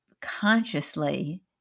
consciously